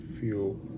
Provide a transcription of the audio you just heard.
feel